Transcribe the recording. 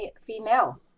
female